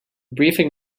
briefing